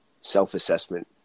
self-assessment